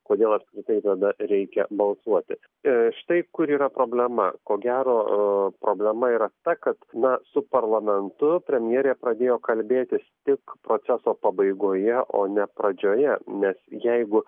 kodėl apskritai tada reikia balsuoti ir štai kur yra problema ko gero problema yra ta kad na su parlamentu premjerė pradėjo kalbėtis tik proceso pabaigoje o ne pradžioje nes jeigu